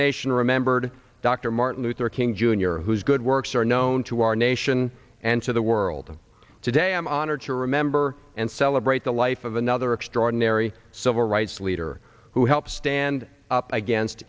nation remembered dr martin luther king jr whose good works are known to our nation and to the world today i'm honored to remember and celebrate the life of another extraordinary civil rights leader who helps stand up against